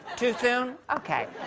too soon? okay.